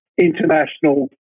international